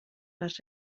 les